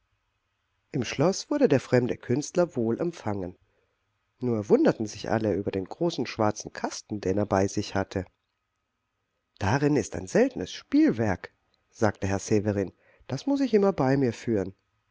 im schloß wurde der fremde künstler wohl empfangen nur wunderten sich alle über den großen schwarzen kasten den er bei sich hatte darin ist ein seltenes spielwerk sagte herr severin das muß ich immer bei mir führen